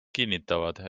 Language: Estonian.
kinnitavad